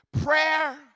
Prayer